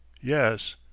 yes